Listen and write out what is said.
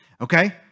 Okay